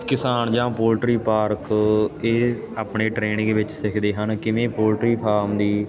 ਕਿਸਾਨ ਜਾਂ poultry park ਇਹ ਆਪਣੇ ਟਰੇਨਿੰਗ ਵਿੱਚ ਸਿੱਖਦੇ ਹਨ ਕਿਵੇਂ ਪੋਲਟਰੀ ਫਾਰਮ ਦੀ